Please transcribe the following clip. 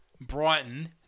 Brighton